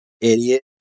Idiot